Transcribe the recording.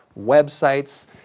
websites